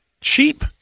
cheap